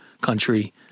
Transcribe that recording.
country